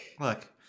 Look